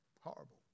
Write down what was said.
horrible